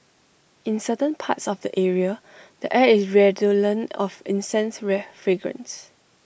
in certain parts of the area the air is redolent of incense fragrance